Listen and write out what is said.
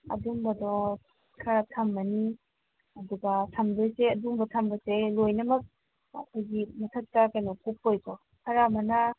ꯑꯗꯨꯝꯕꯗꯣ ꯈꯔ ꯊꯝꯃꯅꯤ ꯑꯗꯨꯒ ꯊꯝꯗꯣꯏꯁꯦ ꯑꯗꯨꯝꯕ ꯊꯝꯕꯁꯦ ꯂꯣꯏꯅꯃꯛ ꯑꯩꯈꯣꯏꯒꯤ ꯃꯊꯛꯇ ꯀꯩꯅꯣ ꯀꯨꯞꯄꯣꯏꯀꯣ ꯈꯔ ꯑꯃꯅ